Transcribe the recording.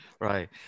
right